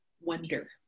wonder